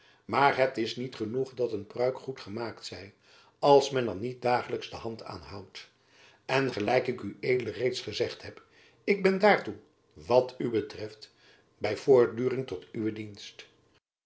maar het is niet genoeg dat een pruik goed gemaakt zij als men er niet dagelijks de hand aan houdt en gelijk ik ued reeds gezegd heb ik ben daartoe wat u betreft by voortduring tot uwe dienst